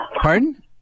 Pardon